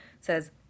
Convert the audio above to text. says